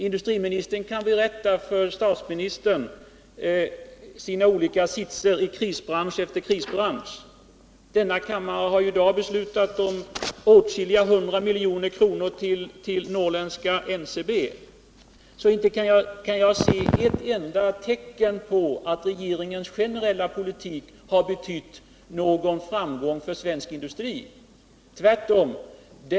Industriministern kan för statsministern tala om de olika siffrorna i krisbransch efter krisbransch. Denna kammare har också i dag beslutat om åtskilliga 100 milj.kr. till NCB. Jag kan inte se ett enda tecken på att regeringens generella politik har betytt någon framgång för svensk industri. Tvärtom.